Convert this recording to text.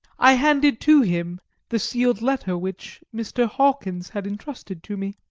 i handed to him the sealed letter which mr. hawkins had entrusted to me.